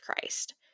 Christ